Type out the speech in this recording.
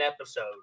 episode